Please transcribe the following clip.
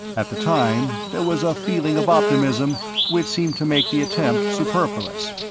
at the time, there was a feeling of optimism which seemed to make the attempt superfluous.